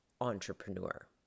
entrepreneur